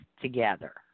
together